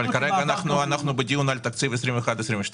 אבל כרגע אנחנו בדיון על תקציב 21'-22'.